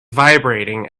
vibrating